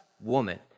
woman